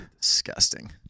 Disgusting